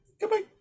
Goodbye